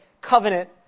covenant